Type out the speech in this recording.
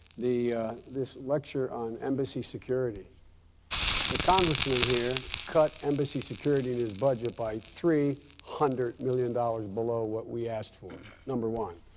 the this lecture on embassy security the congressman here cut embassy security in his budget by three hundred million dollars below what we asked for, number one.